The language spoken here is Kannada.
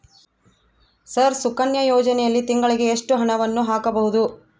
ಸರ್ ಸುಕನ್ಯಾ ಯೋಜನೆಯಲ್ಲಿ ತಿಂಗಳಿಗೆ ಎಷ್ಟು ಹಣವನ್ನು ಹಾಕಬಹುದು?